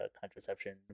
contraception